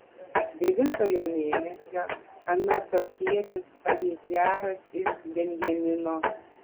devintojo mėnesio anatotietis abiezeras iš benjamino